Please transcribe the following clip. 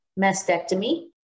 mastectomy